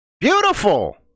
beautiful